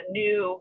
new